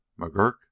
McGurk